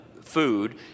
food